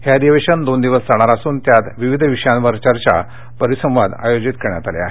हे अधिवेशन दोन दिवस चालणार असून यात विविध विषयांवर चर्चा परिसंवाद आयोजित करण्यात आले आहेत